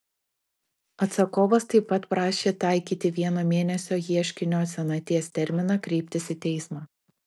atsakovas taip pat prašė taikyti vieno mėnesio ieškinio senaties terminą kreiptis į teismą